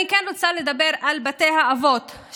אני כן רוצה לדבר על בתי האבות,